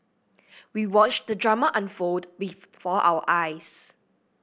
we watched the drama unfold before our eyes